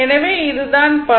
எனவே இது தான் பவர்